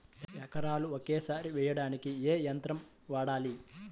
ఎకరాలు ఒకేసారి వేయడానికి ఏ యంత్రం వాడాలి?